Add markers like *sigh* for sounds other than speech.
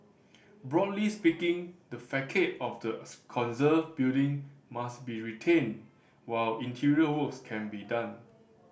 broadly speaking the facade of the *unintelligible* conserved building must be retained while interior works can be done